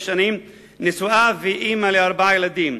נשואה ואמא לארבעה ילדים,